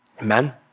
Amen